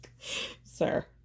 sir